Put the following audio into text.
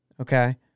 Okay